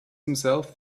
himself